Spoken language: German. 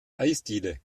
eisdiele